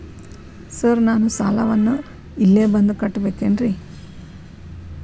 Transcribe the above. Sir ನಾನು ಸಾಲವನ್ನು ಇಲ್ಲೇ ಬಂದು ಕಟ್ಟಬೇಕೇನ್ರಿ?